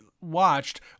watched